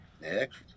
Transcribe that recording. Next